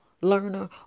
learner